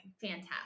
Fantastic